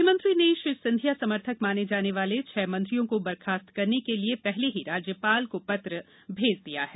मुख्यमंत्री ने श्री सिंधिया समर्थक माने जाने वाले छह मंत्रियों को बर्खास्त करने के लिए पहले ही राज्यपाल को पत्र भेज दिया है